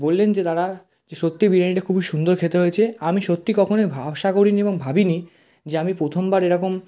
বললেন যে তারা যে সত্যি বিরিয়ানিটা খুবই সুন্দর খেতে হয়েছে আমি সত্যি কখনোই ভা আশা করি নি এবং ভাবি নি যে আমি প্রথমবার এরকম